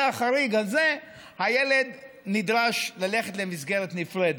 החריג הזה הילד נדרש ללכת למסגרת נפרדת.